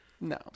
no